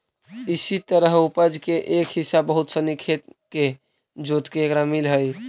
इसी तरह उपज के एक हिस्सा बहुत सनी खेत के जोतके एकरा मिलऽ हइ